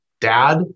dad